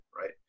right